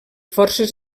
forces